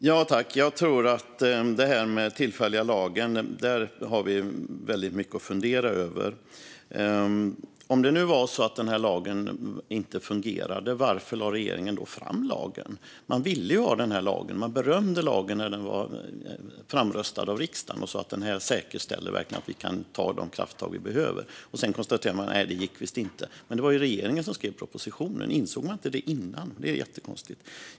Fru talman! Jag tror att vi har väldigt mycket att fundera över när det gäller den tillfälliga lagen. Om det nu var så att lagen inte fungerade, varför lade regeringen då fram den? Man ville ju ha lagen, och man berömde den när den röstades fram av riksdagen. Man sa att den verkligen säkerställer att vi kan ta de krafttag vi behöver - och sedan konstaterade man att det visst inte gick. Men det var ju regeringen som skrev propositionen, så insåg man inte det innan? Det är jättekonstigt.